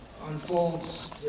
unfolds